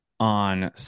On